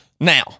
Now